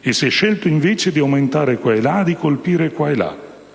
e si è scelto invece di aumentare qua e là, di colpire qua e là.